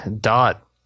dot